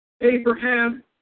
Abraham